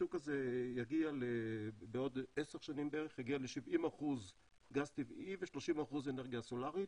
השוק הזה יגיע בעוד עשר שנים בערך ל-70% גז טבעי ו-30% אנרגיה סולרית